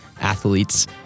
athletes